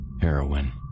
Heroin